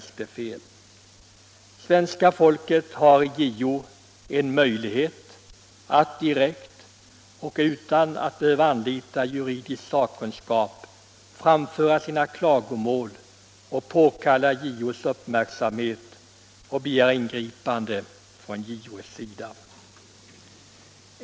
Svenska folket har i JO en möjlighet att direkt och utan att behöva anlita juridisk sakkunskap framföra sina klagomål och påkalla JO:s uppmärksamhet och begära ingripande från JO:s sida.